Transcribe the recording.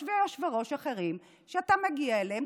יש יושבי-ראש אחרים שאתה מגיע אליהם,